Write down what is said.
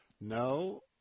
no